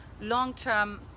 long-term